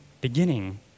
beginning